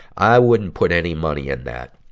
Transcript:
i wouldn't put any money in that.